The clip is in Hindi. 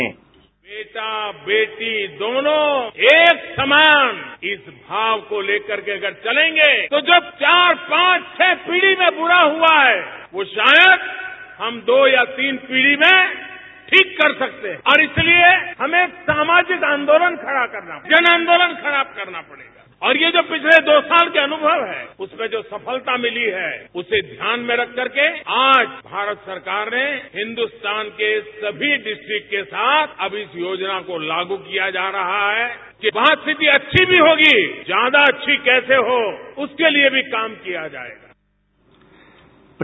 साउंड बाईट बेटा बेटी दोनों एक समान की इस भाव को लेकर के अगर चलेंगे तो जब चार पांच छह पीढी में पुरा हआ है वो शायद हम दो या तीन पीढी में ठीक कर सकते हैं इसलिए हमें सामाजिक आंदोलन खड़ा करना होगा जन आंदोलन खड़ा करना होगा और ये जो पिछले दो वर्ष के अनुभव है उसमें जो सफलता मिली है उसे ध्यान में रखकर के आज भारत सरकार ने हिन्दुस्तान के सभी डिस्कट्रीट के साथ अब इस योजना को लागू किया जा रहा है कि बात अच्छी होगी कि ज्यादा अच्छी बात होगी उस पर काम किया जा रहा है